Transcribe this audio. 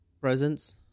presence